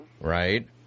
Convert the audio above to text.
Right